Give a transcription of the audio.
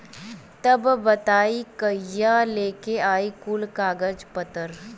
तब बताई कहिया लेके आई कुल कागज पतर?